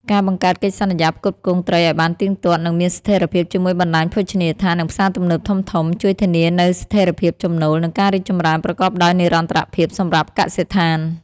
ការបង្កើតកិច្ចសន្យាផ្គត់ផ្គង់ត្រីឱ្យបានទៀងទាត់ និងមានស្ថិរភាពជាមួយបណ្ដាញភោជនីយដ្ឋាន និងផ្សារទំនើបធំៗ ជួយធានានូវស្ថិរភាពចំណូល និងការរីកចម្រើនប្រកបដោយនិរន្តរភាពសម្រាប់កសិដ្ឋាន។